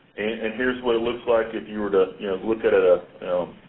and here's what it looks like if you were to look at at a